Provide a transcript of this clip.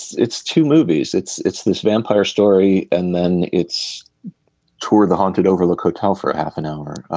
it's two movies. it's it's this vampire story and then it's tour of the haunted overlook hotel for ah half an hour.